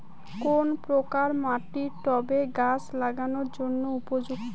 কোন প্রকার মাটি টবে গাছ লাগানোর জন্য উপযুক্ত?